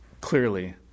clearly